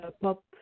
pop